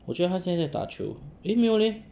我觉得他现在在打球 eh 没有 leh